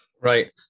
Right